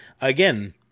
again